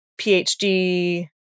PhD